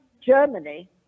Germany